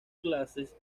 clases